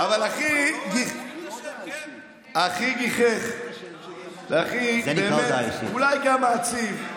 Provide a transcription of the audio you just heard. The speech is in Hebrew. אבל הכי מגוחך ואולי גם מעציב היה